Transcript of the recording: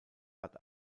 hat